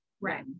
Right